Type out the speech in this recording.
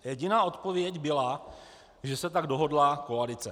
Jediná odpověď byla, že se tak dohodla koalice.